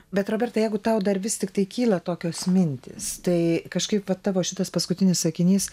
bet roberta jeigu tau dar vis tiktai kyla tokios mintys tai kažkaip vat tavo šitas paskutinis sakinys